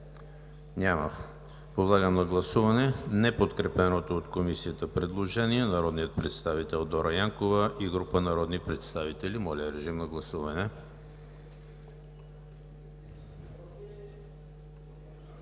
Няма. Подлагам на гласуване неподкрепеното от Комисията предложение на народния представител Дора Янкова и група народни представители. Гласували